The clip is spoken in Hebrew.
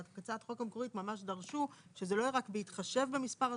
בהצעת החוק המקורית ממש דרשו שזה לא יהיה רק בהתחשב במספר התושבים,